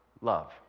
love